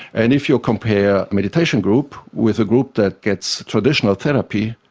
and if you compare a meditation group with a group that gets traditional therapy,